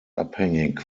abhängig